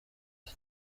iki